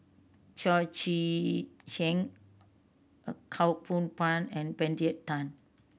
Cheo Chai Hiang Khaw Boon Wan and Benedict Tan